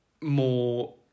more